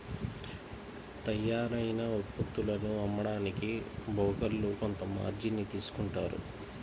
తయ్యారైన ఉత్పత్తులను అమ్మడానికి బోకర్లు కొంత మార్జిన్ ని తీసుకుంటారు